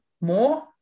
more